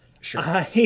Sure